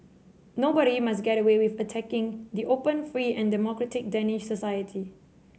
nobody must get away with attacking the open free and democratic Danish society